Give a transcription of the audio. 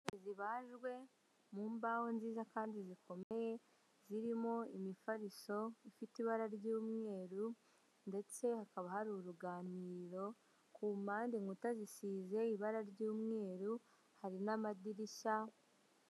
Intebe zibajwe mu mbaho nziza kandi zikomeye zirimo imifariso ifite ibara ry'umweru ndetse hakaba hari uruganiriro ku mpande, inkuta zisize ibara ry'umweru hari n'amadirishya.